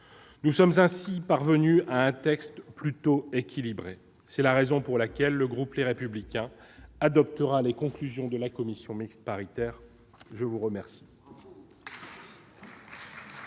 Nous sommes ainsi parvenus à un texte plutôt équilibré. C'est la raison pour laquelle le groupe Les Républicains adoptera les conclusions de la commission mixte paritaire. La discussion